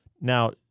Now